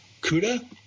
CUDA